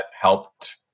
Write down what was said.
helped